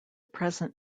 present